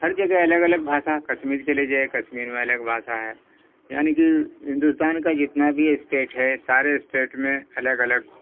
ہر جگہ الگ الگ بھاشا کشمیر چلے جائیے کشمیر میں الگ بھاشا ہے یعنی کہ ہندوستان کا جتنا بھی اسٹیٹ ہے سارے اسٹیٹ میں الگ الگ